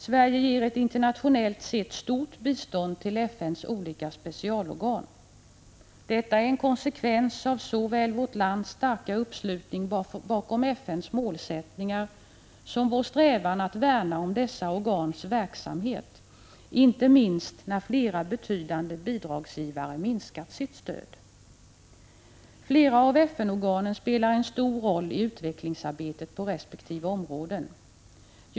Sverige ger ett internationellt sett stort bistånd till FN:s olika specialorgan. Detta är en konsekvens av såväl vårt lands stora uppslutning bakom FN:s målsättningar som vår strävan att värna om dessa organs verksamhet, inte minst när flera betydande bidragsgivare minskat sitt stöd. Flera av FN-organen spelar en stor roll i utvecklingsarbetet på resp. områden.